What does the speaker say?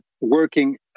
working